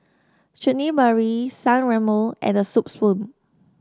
Chutney Mary San Remo and The Soup Spoon